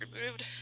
removed